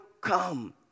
come